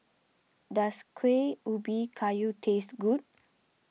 does Kuih Ubi Kayu taste good